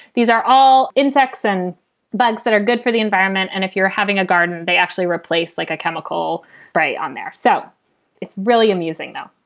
these are all insects and bugs that are good for the environment. and if you're having a garden, they actually replace like a chemical right on there so it's really amusing now,